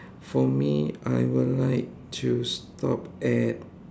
for me I will like to stop at